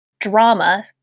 drama